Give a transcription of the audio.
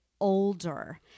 older